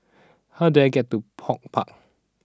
how do I get to HortPark